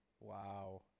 Wow